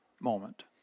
moment